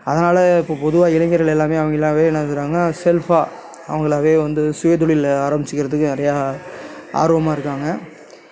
அதனால் இப்போ பொதுவாக இளைஞர்கள் எல்லாமே அவர்களாவே என்ன செய்றாங்க செல்ஃபாக அவர்களாவே வந்து சுயதொழில ஆரம்பிச்சுக்கிறதுக்கு நெறைய ஆர்வமாக இருக்காங்க